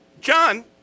John